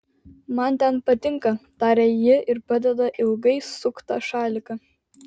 man ten patinka taria ji ir padeda ilgai suktą šaliką